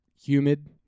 humid